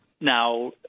Now